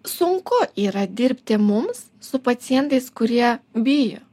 sunku yra dirbti mums su pacientais kurie bijo